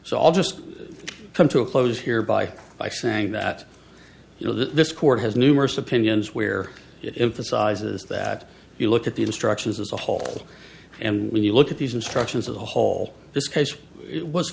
so i'll just come to a close here by by saying that you know this court has numerous opinions where if the sizes that you look at the instructions as a whole and when you look at these instructions of the whole this case it was